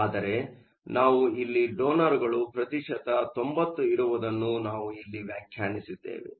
ಆದರೆ ನಾವು ಇಲ್ಲಿ ಡೊನರ್ಗಳು ಪ್ರತಿಶತ 90 ಇರುವುದನ್ನು ನಾವು ಇಲ್ಲಿ ವ್ಯಾಖ್ಯಾನಿಸಿದ್ದೇವೆ